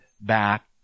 back